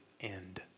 end